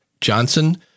Johnson